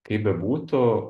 kaip bebūtų